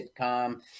sitcom